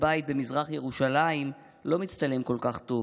בית במזרח ירושלים לא מצטלם כל כך טוב,